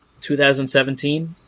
2017